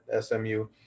SMU